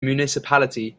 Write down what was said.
municipality